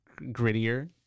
grittier